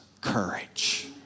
courage